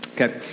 Okay